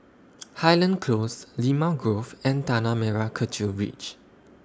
Highland Close Limau Grove and Tanah Merah Kechil Ridge